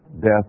death